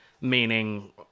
Meaning